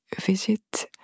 visit